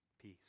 peace